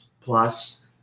Plus